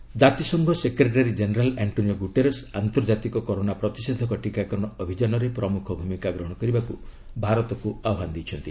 UN India ଜାତିସଂଘ secretary general Antonio Guterres ଆନ୍ତର୍ଜାତିକ corona ପ୍ରତିଷେଧକ ଟିକାକରଣ ଅଭିଯାନରେ ପ୍ରମ୍ରଖ ଭୂମିକା ଗ୍ରହଣ କରିବାକୁ ଭାରତକୁ ଆହ୍ୱାନ ଦେଇଛନ୍ତି